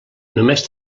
només